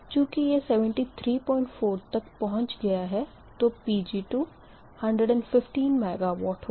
चूँकि यह 734 तक पहुँच गया है तो Pg2 115 MW होगा